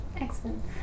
Excellent